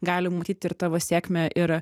gali matyti ir tavo sėkmę ir